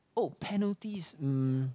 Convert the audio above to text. oh penalties mm